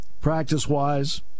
practice-wise